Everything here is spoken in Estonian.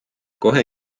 kohe